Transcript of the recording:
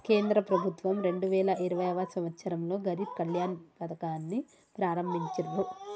కేంద్ర ప్రభుత్వం రెండు వేల ఇరవైయవ సంవచ్చరంలో గరీబ్ కళ్యాణ్ పథకాన్ని ప్రారంభించిర్రు